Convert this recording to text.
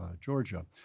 Georgia